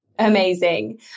Amazing